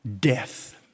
death